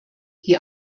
die